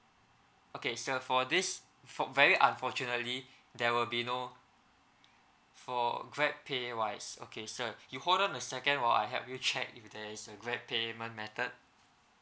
okay sir for this for very unfortunately there will be no for grab pay wise okay sir you hold on a second while I help you check if there's a grab payment method